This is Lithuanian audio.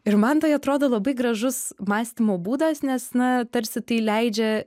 ir man tai atrodo labai gražus mąstymo būdas nes na tarsi tai leidžia